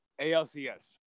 ALCS